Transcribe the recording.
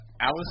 Alice